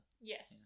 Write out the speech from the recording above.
Yes